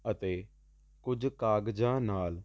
ਅਤੇ ਕੁਝ ਕਾਗਜ਼ਾਂ ਨਾਲ